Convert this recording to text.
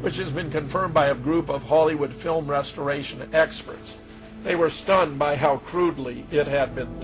which has been confirmed by a group of hollywood film restoration experts they were stunned by how crudely yet have been